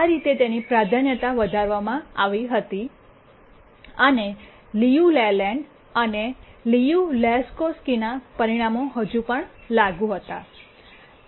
આ રીતે તેની પ્રાધાન્યતા વધારવામાં આવી હતી અને લિયુ લેલેન્ડ અને લિયુ લેહોકસ્કીના Liu Layland and Liu Lehoczky's result પરિણામો હજી પણ લાગુ હતા